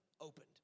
opened